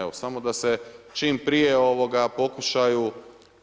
Evo, samo da se čim prije